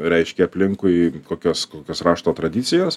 reiškia aplinkui kokios kokios rašto tradicijos